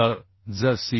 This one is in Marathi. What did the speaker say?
तर जर cg